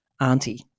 Auntie